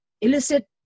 illicit